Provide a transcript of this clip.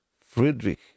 Friedrich